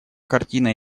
картина